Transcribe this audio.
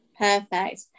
Perfect